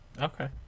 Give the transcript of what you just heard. Okay